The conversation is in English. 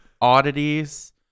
oddities